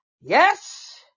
Yes